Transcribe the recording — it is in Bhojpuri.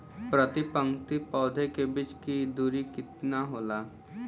प्रति पंक्ति पौधे के बीच की दूरी केतना होला?